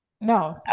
no